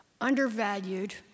undervalued